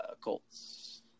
Colts